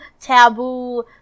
taboo